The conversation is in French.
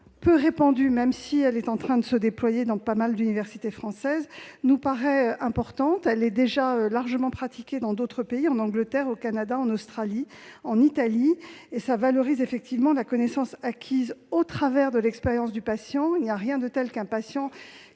peu répandue, même si elle est en train de se déployer dans un certain nombre d'universités françaises, nous paraît importante. Elle est déjà largement pratiquée dans d'autres pays- en Angleterre, au Canada, en Australie, en Italie -, et elle permet de valoriser la connaissance acquise au travers de l'expérience du patient. Il n'y a rien de tel, par